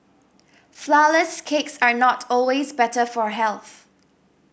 flourless cakes are not always better for health